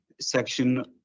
Section